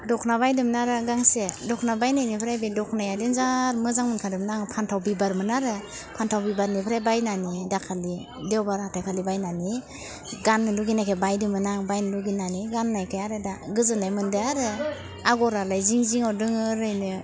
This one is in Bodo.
दख'ना बायदोंमोन आरो आं गांसे दख'ना बायनायनिफ्राय बे दख'नायानो जा मोजां मोनखादोंमोन आं फान्थाव बिबारमोन आरो फान्थाव बिबारनिफ्राय बायनानै दाखालि देवबार हाथाइखालि बायनानै गाननो लुगैनायखाय बायदोंमोन आं बायनो लुगैनानै गान्नायखाय आरो दा गोजोन्नाय मोनदों आरो आग'रालाय जिं जिङाव दङो ओरैनो